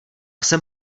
jsem